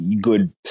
good